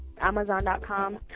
amazon.com